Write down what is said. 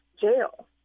jail